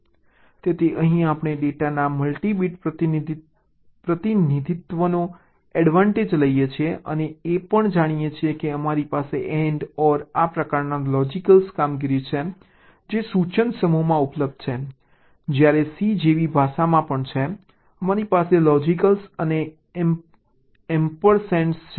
તેથી અહીં આપણે ડેટાના મલ્ટી બીટ પ્રતિનિધિત્વનો એડવાન્ટેજ લઈએ છીએ અને એ પણ જાણીએ છીએ કે અમારી પાસે AND OR આ પ્રકારની લોજિકલ કામગીરી છે જે સૂચના સમૂહમાં ઉપલબ્ધ છે જ્યારે C જેવી ભાષામાં પણ છે અમારી પાસે લોજિકલ અને એમ્પરસેન્ડ છે